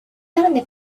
tarde